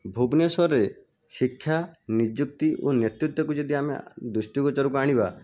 ଭୁବନେଶ୍ୱରରେ ଶିକ୍ଷା ନିଯୁକ୍ତି ଓ ନେତିତ୍ଵକୁ ଯଦି ଆମେ ଦୃଷ୍ଟିଗୋଚରକୁ ଆଣିବା